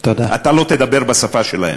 אתה לא תדבר בשפה שלהם.